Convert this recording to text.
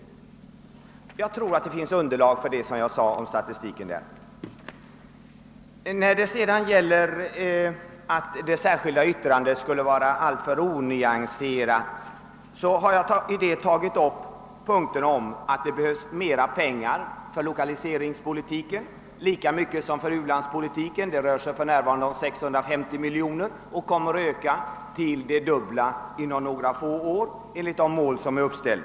— Jag tror att statistiken ger underlag för det jag sade. Det har sagts att mitt särskilda yttrande skulle vara alltför onyanserat. Jag har där sagt att det behövs mera pengar för lokaliseringspolitiken, lika mycket som för u-landshjälpen. Det rör sig för närvarande om 650 miljoner och kommer att öka till det dubbla inom några få år enligt det mål som är uppställt.